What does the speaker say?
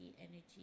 energy